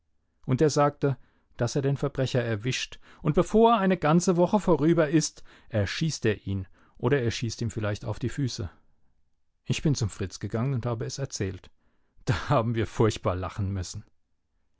und er sagte daß er den verbrecher erwischt und bevor eine woche ganz vorüber ist erschießt er ihn oder er schießt ihm vielleicht auf die füße ich bin zum fritz gegangen und habe es erzählt da haben wir furchtbar lachen müssen